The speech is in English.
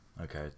Okay